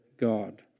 God